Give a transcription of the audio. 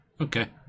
Okay